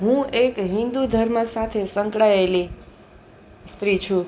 હું એક હિન્દુ ધર્મ સાથે સંકળાયેલી સ્ત્રી છું